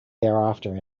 thereafter